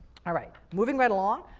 alright, moving right along,